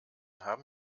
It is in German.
haben